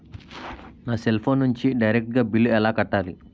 నా cell phone నుంచి డైరెక్ట్ గా బిల్లు ఎలా కట్టాలి?